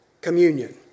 communion